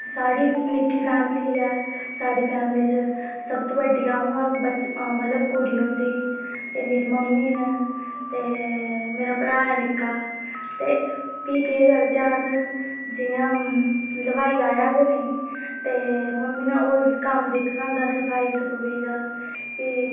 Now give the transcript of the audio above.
साढ़ी निक्की फैमिली ऐ साढ़ी फैमिली च सबतूं बड्डी अ'ऊं ऐ ते मतलब कुड़ी उं'दी ते मेरी मम्मी नै ते मेरा भ्राऽ ऐ निक्का ते भी केह् करचै अस ते जि'यां हलवाई आया गै नेईं ते मम्मी नै होर बी कम्म दिक्खना होंदा साफ सफाई दा ते